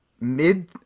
mid